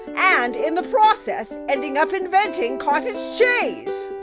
and, in the process, ending up inventing cottage cheese.